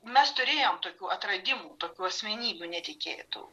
mes turėjom tokių atradimų tokių asmenybių netikėtų